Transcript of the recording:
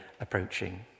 approaching